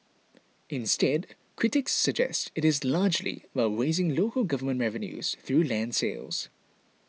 instead critics suggest it is largely about raising local government revenues through land sales